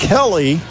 Kelly